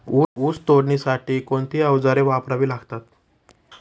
ऊस तोडणीसाठी कोणती अवजारे वापरावी लागतात?